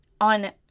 On